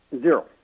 zero